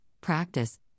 practice